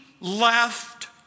left